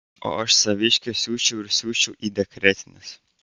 o aš saviškę siųsčiau ir siųsčiau į dekretines